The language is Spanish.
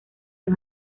los